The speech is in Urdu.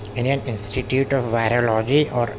انڈین انسٹیٹیوٹ آف وائرولوجی اور